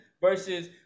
versus